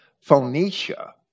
phoenicia